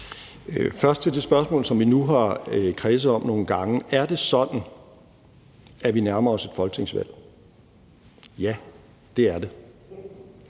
Først til det spørgsmål, som vi nu har kredset om nogle gange: Er det sådan, at vi nærmer os et folketingsvalg? Ja, det er det.